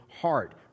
heart